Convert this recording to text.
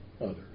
Others